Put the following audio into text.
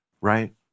Right